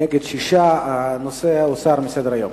נגד, 6. הנושא הוסר מסדר-היום.